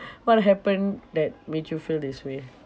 what happened that made you feel this way